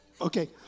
Okay